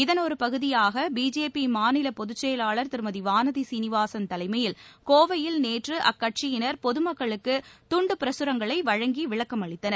இதன் ஒருபகுதியாக பிஜேபி மாநில பொதுச் செயலாளர் திருமதி வானதி சீனிவாசன் தலைமையில் கோவையில் நேற்று அக்கட்சியினர் பொது மக்களுக்கு துண்டு பிரகரங்களை வழங்கி விளக்கமளித்தனர்